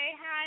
hi